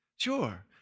Sure